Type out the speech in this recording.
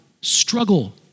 struggle